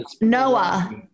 noah